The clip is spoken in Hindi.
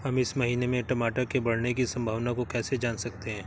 हम इस महीने में टमाटर के बढ़ने की संभावना को कैसे जान सकते हैं?